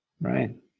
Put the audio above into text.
Right